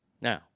Now